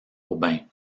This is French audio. aubin